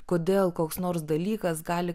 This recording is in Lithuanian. kodėl koks nors dalykas gali